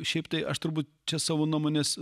šiaip tai aš turbūt čia savo nuomonės